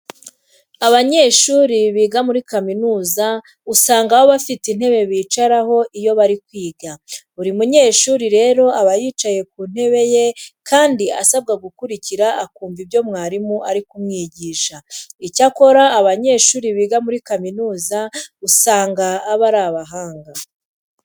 Abanyeshuri biga muri kaminuza uzanga baba bafite intebe bicaraho iyo bari kwiga. Buri munyeshuri rero aba yicaye ku ntebe ye kandi asabwa gukurikira akumva ibyo mwarimu ari kumwigisha. Icyakora abanyeshuri biga muri kaminuza usanga baba ari abahanga.